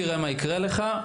תראה מה יקרה לך,